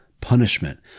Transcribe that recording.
punishment